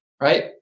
right